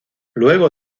luego